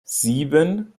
sieben